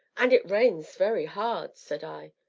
and it rains very hard! said i.